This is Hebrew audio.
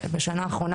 בשנה אחרונה,